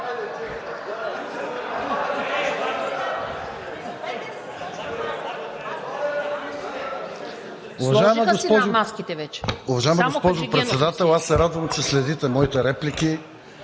Уважаема госпожо Председател, радвам се, че следите моите реплики